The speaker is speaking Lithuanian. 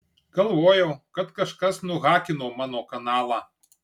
galvojau kad kažkas nuhakino mano kanalą